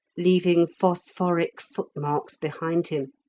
leaving phosphoric footmarks behind him,